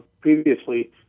previously